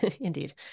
indeed